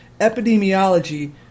Epidemiology